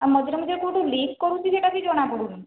ଆଉ ମଝିରେ ମଝିରେ କେଉଁଠୁ ଲିକ୍ କରୁଛି ଯେ ସେଇଟା ବି ଜଣାପଡ଼ୁନି